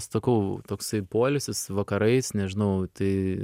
sakau toksai poilsis vakarais nežinau tai